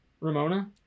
Ramona